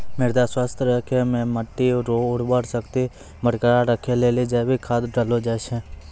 मृदा स्वास्थ्य राखै मे मट्टी रो उर्वरा शक्ति बरकरार राखै लेली जैविक खाद डाललो जाय छै